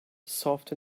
soft